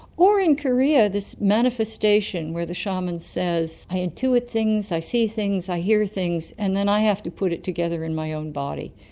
or in korea this manifestation where the shaman says, i intuit things, i see things, i hear things, and then i have to put it together in my own body.